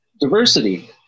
diversity